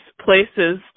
places